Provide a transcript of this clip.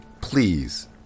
Please